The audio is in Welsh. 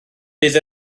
bydd